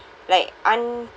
like un~